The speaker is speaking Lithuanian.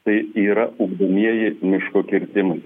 tai yra ugdomieji miško kirtimai